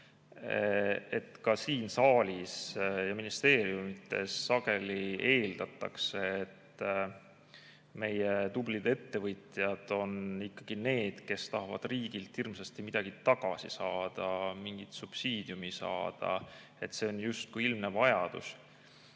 et ka siin saalis ja ministeeriumides sageli eeldatakse, et meie tublid ettevõtjad on ikkagi need, kes tahavad riigilt hirmsasti midagi tagasi saada, mingit subsiidiumi saada. See on justkui ilmne vajadus.